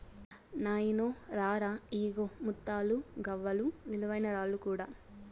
నాయినో రా రా, ఇయ్యిగో ముత్తాలు, గవ్వలు, విలువైన రాళ్ళు కూడా